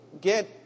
get